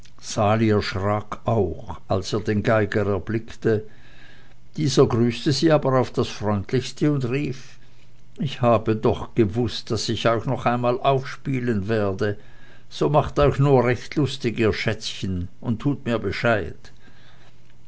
auch als er den geiger erblickte dieser grüßte sie aber auf das freundlichste und rief ich habe doch gewußt daß ich euch noch einmal aufspielen werde so macht euch nur recht lustig ihr schätzchen und tut mir bescheid